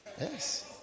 yes